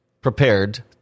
prepared